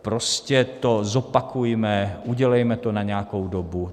Prostě to zopakujme, udělejme to na nějakou dobu.